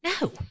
No